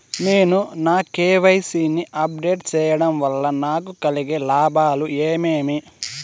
నేను నా కె.వై.సి ని అప్ డేట్ సేయడం వల్ల నాకు కలిగే లాభాలు ఏమేమీ?